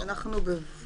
נשאיר את זה כנקודה פתוחה.